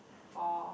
four